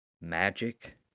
magic